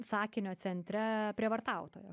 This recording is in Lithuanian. sakinio centre prievartautojo